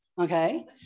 Okay